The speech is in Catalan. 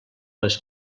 les